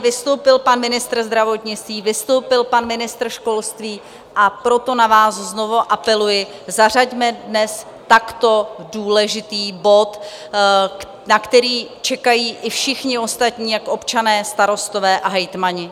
Vystoupil pan ministr zdravotnictví, vystoupil pan ministr školství, a proto znovu apeluji, zařaďme dnes tento důležitý bod, na který čekají i všichni ostatní, jak občané, tak starostové a hejtmani.